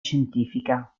scientifica